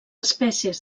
espècies